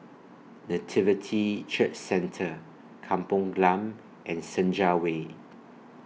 Nativity Church Centre Kampong Glam and Senja Way